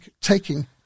taking